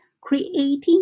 creating